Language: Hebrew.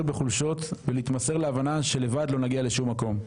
בחולשות ולהתמסר להבנה שלבד לא נגיע לשום מקום.